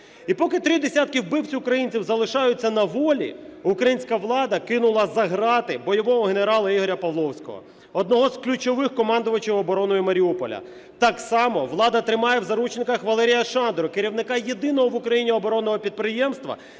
І поки три десятки вбивць українців залишаються на волі, українська влада кинула за грати бойового генерала Ігоря Павловського, одного з ключових командувачів обороною Маріуполя. Так само влада тримає в заручниках Валерія Шандру, керівника єдиного в Україні оборонного підприємства,